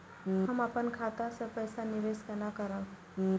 हम अपन खाता से पैसा निवेश केना करब?